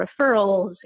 referrals